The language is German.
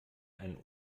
einen